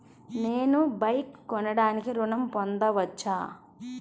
నేను బైక్ కొనటానికి ఋణం పొందవచ్చా?